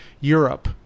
Europe